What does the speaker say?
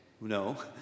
No